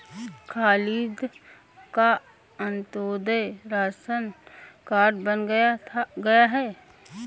खालिद का Antyodaya ration card बन गया है